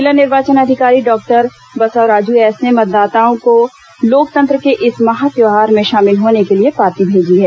जिला निर्वाचन अधिकारी डॉ बसवराजु एस ने मतदाताओं को लोकतंत्र के इस महा त्यौहार में शामिल होने के लिए पाती भेजी है